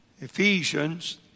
Ephesians